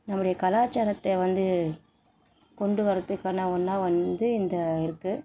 நம்முடைய கலாச்சாரத்தை வந்து கொண்டு வர்றதுக்கான ஒன்றா வந்து இந்த இருக்குது